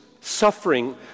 suffering